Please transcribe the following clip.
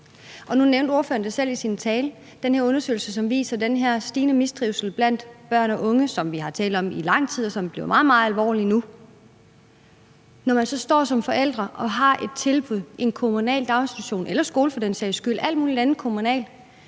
Nu nævnte ordføreren selv i sin tale den her undersøgelse, som viser den her stigende mistrivsel blandt børn og unge, som vi har talt om i lang tid, og som nu er blevet meget, meget alvorlig. I forhold til at være forælder og have et barn i et tilbud, en kommunal daginstitution eller skole for den sags skyld – alt muligt kommunalt